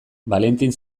valentin